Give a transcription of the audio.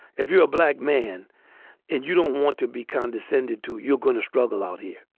if you're a black man and you don't want to be condescended to, you're going to struggle out here.